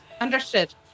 understood